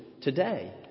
today